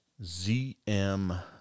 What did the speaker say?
ZM